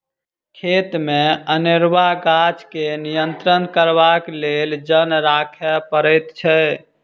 खेतमे अनेरूआ गाछ के नियंत्रण करबाक लेल जन राखय पड़ैत छै